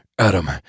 Adam